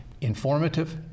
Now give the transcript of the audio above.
informative